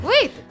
Wait